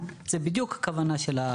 פחות או יותר.